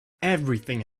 everything